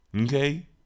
Okay